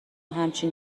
همچین